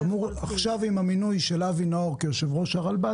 עם המינוי של אבי נאור כיושב-ראש הרלב"ד